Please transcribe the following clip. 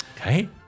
Okay